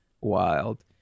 wild